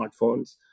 smartphones